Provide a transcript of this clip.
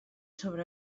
sobre